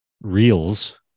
reels